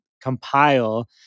compile